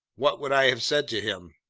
what would i have said to him?